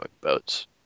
boats